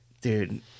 Dude